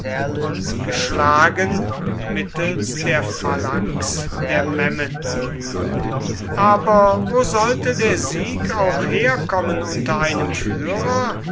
und geschlagen mittels der phalanx der memmen aber wo sollte der sieg auch herkommen unter einem führer